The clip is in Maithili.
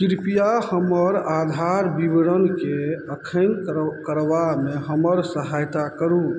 कृपया हमर आधार विवरणके एखन करऽ करबामे हमर सहायता करू